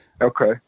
Okay